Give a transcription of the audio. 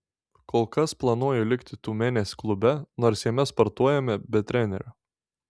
kol kas planuoju likti tiumenės klube nors jame sportuojame be trenerio